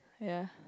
ya